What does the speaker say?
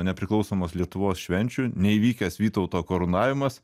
nepriklausomos lietuvos švenčių neįvykęs vytauto karūnavimas